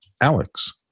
Alex